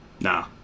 nah